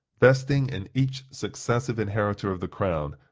vesting in each successive inheritor of the crown,